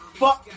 fuck